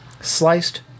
Sliced